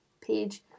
page